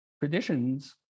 traditions